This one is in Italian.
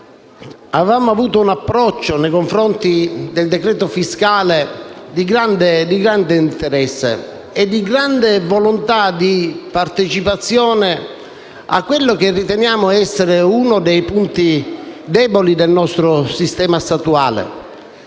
avevamo avuto un approccio nei confronti del decreto fiscale di grande interesse e volontà di partecipazione alla modifica di quello che riteniamo essere uno dei punti deboli del nostro sistema statuale.